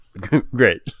Great